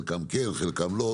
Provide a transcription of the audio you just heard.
חלקן כן, חלקן לא.